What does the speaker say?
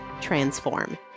transform